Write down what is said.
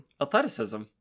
Athleticism